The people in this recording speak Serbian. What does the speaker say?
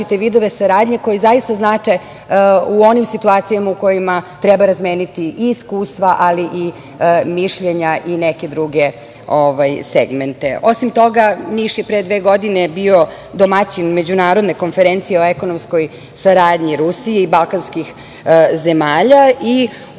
vidove saradnje, koji zaista znače u onim situacijama u kojima treba razmeniti i iskustva, ali i mišljenja i neke druge segmente. Osim toga, Niš je pre dve godine bio domaćin Međunarodne konferencije o ekonomskoj saradnji Rusije i balkanskih zemalja i ovo